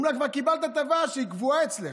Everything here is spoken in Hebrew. אומרים לה: כבר קיבלת הטבה שהיא קבועה אצלך.